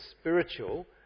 spiritual